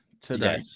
today